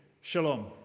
shalom